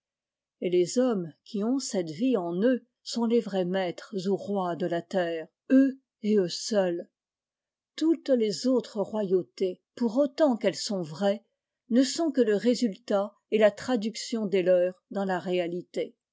et les hommes qui ont cette vie en eux sont les vrais maîtres ou rois de la terre eux et eux seuls toutes les autres royautés pour autant qu'elles sont vraies ne sont que le résultat et la traduction des leurs dans la réalité